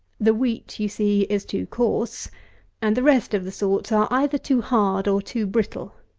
the wheat, you see, is too coarse and the rest of the sorts are either too hard or too brittle.